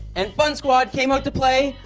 and fun squad came out to play.